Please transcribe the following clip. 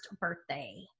birthday